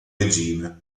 regime